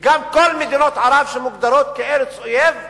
גם כל מדינות ערב שמוגדרות ארץ אויב,